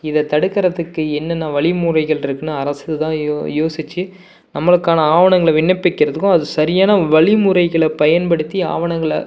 இத தடுக்குறதுக்கு என்னென்ன வழிமுறைகள்ருக்குன்னு அரசு தான் யோ யோசித்து நம்மளுக்கான ஆவணங்களை விண்ணப்பிக்கறதுக்கும் அது சரியான வழிமுறைகளை பயன்படுத்தி ஆவணங்களை